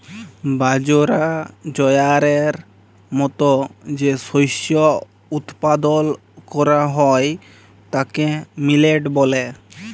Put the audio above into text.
বাজরা, জয়ারের মত যে শস্য উৎপাদল ক্যরা হ্যয় তাকে মিলেট ব্যলে